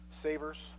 savers